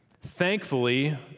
Thankfully